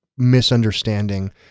misunderstanding